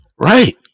right